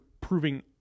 proving